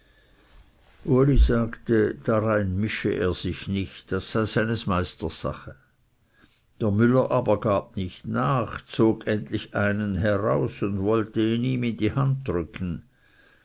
uli sagte darein mische er sich nicht das sei seines meisters sache der müller aber gab nicht nach zog endlich einen heraus und wollte ihn ihm in die hand drücken